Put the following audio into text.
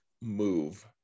move